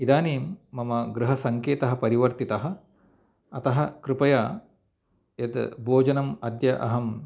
इदानीं मम गृहसङ्केतः परिर्वतितः अतः कृपया यत् भोजनम् अद्य अहं